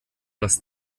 das